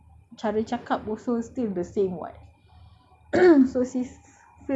because sometimes when we wear tudung also our cara cakap also still the same [what]